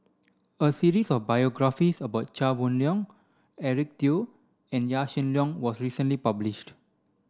a series of biographies about Chia Boon Leong Eric Teo and Yaw Shin Leong was recently published